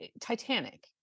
Titanic